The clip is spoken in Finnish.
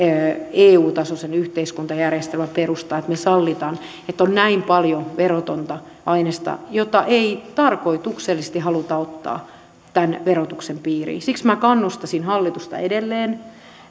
eu tasoisen yhteiskuntajärjestelmän perusta että me sallimme että on näin paljon verotonta ainesta jota ei tarkoituksellisesti haluta ottaa tämän verotuksen piiriin siksi minä kannustaisin hallitusta edelleen